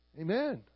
Amen